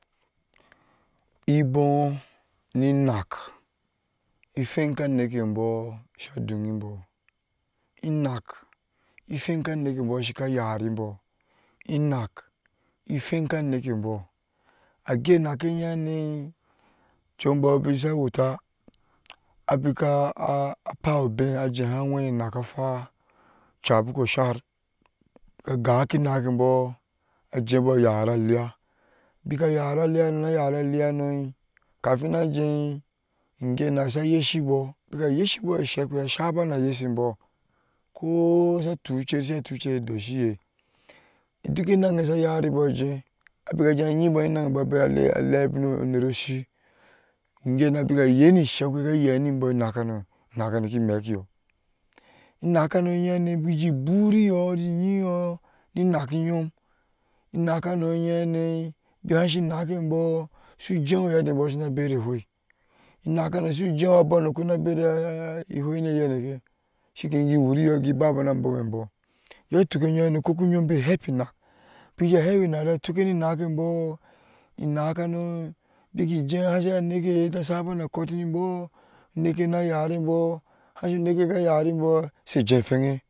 Iboo ninak iwhenka nekebɔ sha donyin bo inak iwhenke enenbo shika yarinbo inak iwhenke enenbo agenken hyihanei cuibo bisha wota abika aa purawo bee ajiiha awene nak ahwe car bɔkɔshar agacki ankembo ajebo yarta aleya bika yara aleya nina yara leya hano kefi nina jeina yeshebɔ ko sha tuicer she tucer adoshiye, idukke abino leroshi ingenak bika yeni shepwe ye keyeya ninbɔ inak hano inak hanoki mekiyo, inakahano biji boriyo jiyiyo ninaki yom inak hano enyihane bishashi nakkenbɔ sujewa yaddenbɔ shina bero hoi inak hano shi jewo bɔnoko na bera a ihoi niyeneke shigin wure yo gibabo na bomembɔ yotuk enyihane kogoyom be heppinak bija heuwi nak ja tukke ni nakkembo inak hano, bikijea hash nekeye tasab na koti ninbɔ uneke na yarembo hasu nekeye ka yarinbɔ shejee hwenhihee